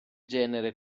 genere